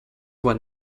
were